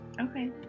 Okay